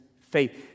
faith